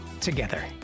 together